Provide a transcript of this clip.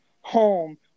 home